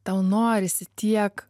tau norisi tiek